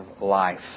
life